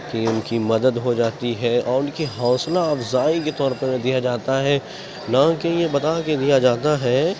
کہ ان کی مدد ہو جاتی ہے اور ان کی حوصلہ افزائی کے طور پر دیا جاتا ہے نہ کہ یہ بتا کے دیا جاتا ہے